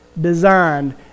designed